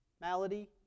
malady